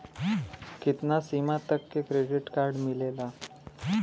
कितना सीमा तक के क्रेडिट कार्ड मिलेला?